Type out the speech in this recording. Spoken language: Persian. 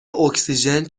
اکسیژن